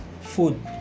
food